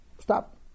Stop